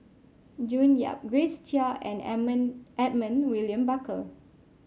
June Yap Grace Chia and Edmund William Barker